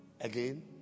Again